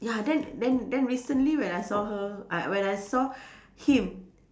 ya then then then recently when I saw her uh when I saw him